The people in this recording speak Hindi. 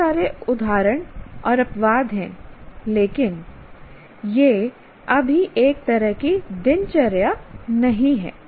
बहुत सारे उदाहरण और अपवाद हैं लेकिन यह अभी तक एक तरह की दिनचर्या नहीं है